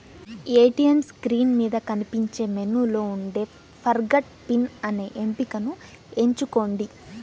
ATM screen మీద కనిపించే మెనూలో ఉండే ఫర్గాట్ పిన్ అనే ఎంపికను ఎంచుకోండి